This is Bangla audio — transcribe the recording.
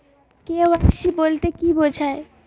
কে.ওয়াই.সি বলতে কি বোঝায়?